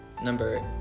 number